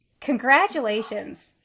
Congratulations